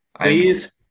Please